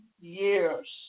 years